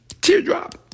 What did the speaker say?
Teardrop